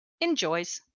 enjoys